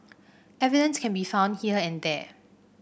evidence can be found here and there